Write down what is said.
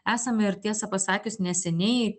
esame ir tiesą pasakius neseniai